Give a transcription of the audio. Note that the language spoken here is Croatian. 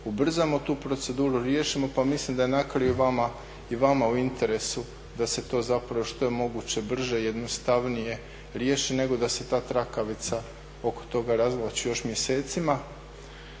ubrzamo tu proceduru, riješimo. Pa mislim da je na kraju i vama u interesu da se to zapravo što je moguće brže, jednostavnije riješi, nego da se ta trakavica oko toga razvlači još mjesecima.